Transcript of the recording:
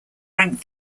ranked